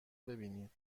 ببینید